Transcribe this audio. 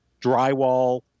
drywall